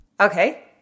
Okay